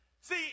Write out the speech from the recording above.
See